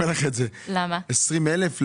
20 אלף למטר?